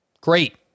Great